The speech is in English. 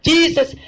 Jesus